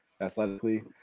athletically